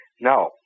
Now